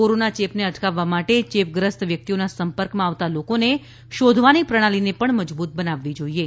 corona ચેપને અટકાવવા માટે ચેપગ્રસ્ત વ્યક્તિઓના સંપર્કમાં આવતાં લોકોને શોધવાની પ્રણાલીને પણ મજબૂત બનાવવી જોઇએ